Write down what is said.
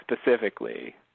specifically